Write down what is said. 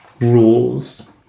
rules